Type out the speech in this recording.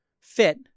fit